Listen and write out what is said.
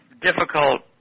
difficult